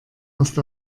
erst